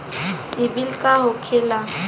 सीबील का होखेला?